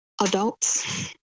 adults